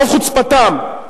ברוב חוצפתם,